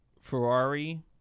Ferrari